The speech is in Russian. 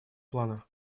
плана